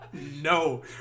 No